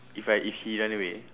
if I if she run away